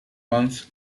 months